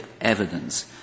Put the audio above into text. evidence